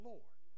Lord